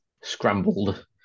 scrambled